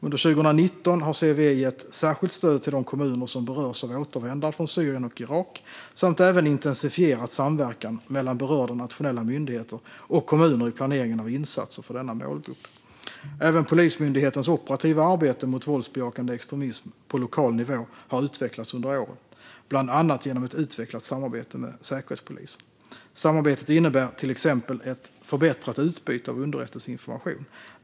Under 2019 har CVE gett särskilt stöd till de kommuner som berörs av återvändare från Syrien och Irak och även intensifierat samverkan mellan berörda nationella myndigheter och kommuner i planeringen av insatser för denna målgrupp. Även Polismyndighetens operativa arbete mot våldsbejakande extremism på lokal nivå har utvecklats under året, bland annat genom ett utvecklat samarbete med Säkerhetspolisen. Samarbetet innebär till exempel ett förbättrat utbyte av underrättelseinformation.